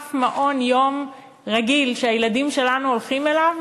אף מעון-יום רגיל שהילדים שלנו הולכים אליו,